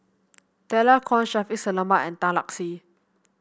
Stella Kon Shaffiq Selamat and Tan Lark Sye